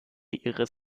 ihres